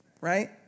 right